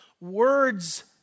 words